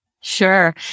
Sure